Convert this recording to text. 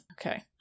Okay